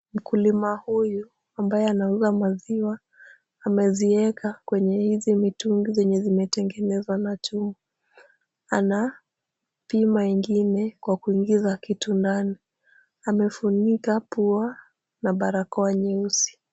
Mkulima huyu ambaye anauza maziwa, amezieka kwenye hizi mitungi zenye zimetengenezwa na chuma, anapima ingine kwa kuingiza kitu ndani. Amefunika pua na barakoa nyeusi.